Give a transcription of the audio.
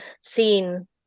seen